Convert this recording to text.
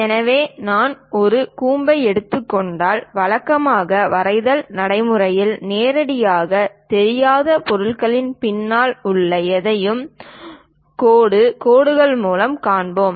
எனவே நான் ஒரு கூம்பை எடுத்துக்கொண்டால் வழக்கமாக வரைதல் நடைமுறையில் நேராகத் தெரியாத பொருளின் பின்னால் உள்ள எதையும் கோடு கோடுகள் மூலம் காண்பிப்போம்